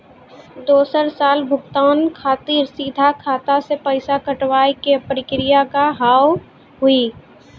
दोसर साल भुगतान खातिर सीधा खाता से पैसा कटवाए के प्रक्रिया का हाव हई?